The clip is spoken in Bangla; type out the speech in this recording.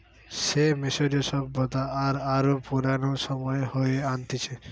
সে মিশরীয় সভ্যতা আর আরো পুরানো সময়ে হয়ে আনতিছে